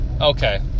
Okay